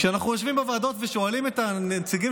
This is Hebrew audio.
כשאנחנו יושבים בוועדות ושואלים את הנציגים